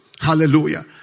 Hallelujah